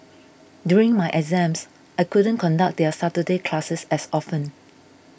during my exams I couldn't conduct their Saturday classes as often